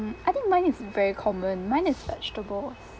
um I think mine is very common mine is vegetables